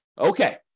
Okay